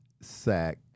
sack